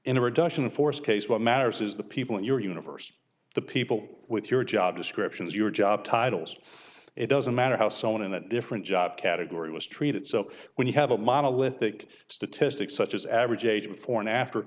reduction in force case what matters is the people in your universe the people with your job descriptions your job titles it doesn't matter how someone in a different job category was treated so when you have a monolithic statistic such as average age before and after